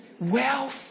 wealth